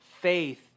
faith